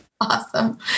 Awesome